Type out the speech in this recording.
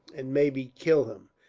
and maybe kill him.